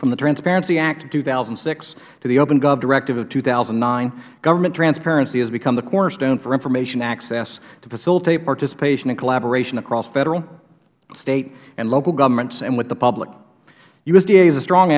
from the transparency act of two thousand and six to the open gov directive of two thousand and nine government transparency has become the cornerstone for information access to facilitate participation and collaboration across federal state and local governments and with the public usda is a strong